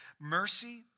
Mercy